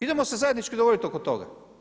Idemo se zajednički dogovoriti oko toga.